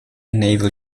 naval